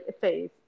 phase